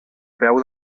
peu